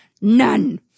none